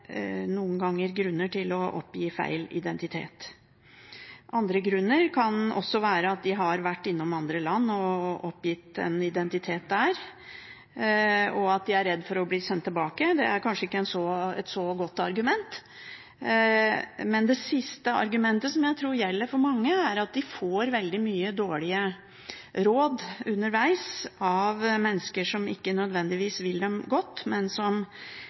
noen ganger grunner for å oppgi feil identitet. Andre grunner kan være at de har vært innom andre land og oppgitt en identitet der, og at de er redde for å bli sendt tilbake. Det er kanskje ikke et så godt argument, men det siste argumentet, som jeg tror gjelder for mange, er at de får veldig mange dårlige råd underveis av mennesker som ikke nødvendigvis vil dem godt, men som de får høre mange historier fra. Jeg har vært borti veldig mange som